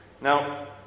Now